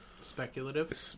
speculative